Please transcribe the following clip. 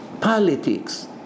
politics